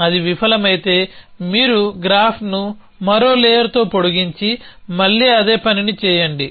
అది విఫలమైతే మీరు గ్రాఫ్ను మరో లేయర్తో పొడిగించి మళ్లీ అదే పనిని చేయండి